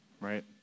right